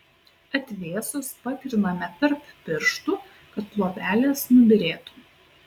atvėsus patriname tarp pirštų kad luobelės nubyrėtų